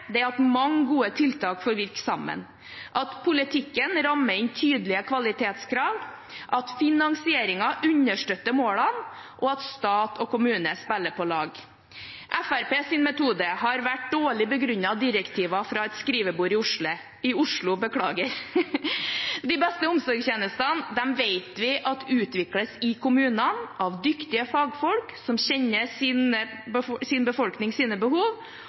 er at mange gode tiltak får virke sammen, at politikken rammer inn tydelige kvalitetskrav, at finanseringen understøtter målene, og at stat og kommune spiller på lag. Fremskrittspartiets metode har vært dårlig begrunnede direktiver fra et skrivebord i Oslo. De beste omsorgstjenestene vet vi blir utviklet i kommunene av dyktige fagfolk som kjenner sin befolknings behov, og der folk lever sine